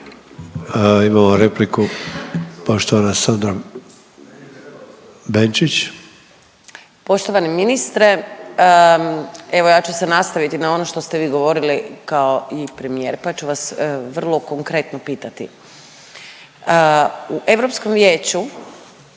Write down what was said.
Benčić. **Benčić, Sandra (Možemo!)** Poštovani ministre, evo ja ću se nastaviti na ono što ste vi govorili kao i premijer, pa ću vas vrlo konkretno pitati. U Europskom vijeću